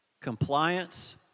Compliance